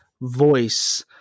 voice